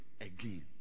again